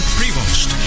Prevost